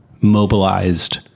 mobilized